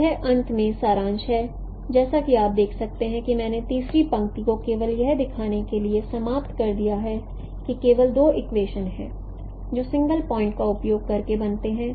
तो यह अंत में सारांश है जैसा कि आप देख सकते हैं कि मैंने तीसरी पंक्ति को केवल यह दिखाने के लिए समाप्त कर दिया है कि केवल दो इक्वेशन हैं जो सिंगल प्वाइंट का उपयोग करके बनते हैं